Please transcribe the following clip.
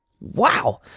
Wow